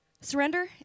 Surrender